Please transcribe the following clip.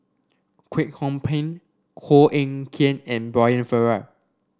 Kwek Hong Png Koh Eng Kian and Brian Farrell